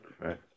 Right